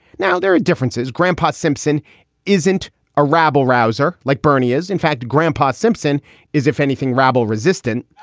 now there are differences. grandpa simpson isn't a rabble rouser like bernie is. in fact, grandpa simpson is, if anything, rabble resistant